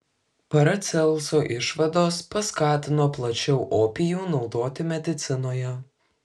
paracelso išvados paskatino plačiau opijų naudoti medicinoje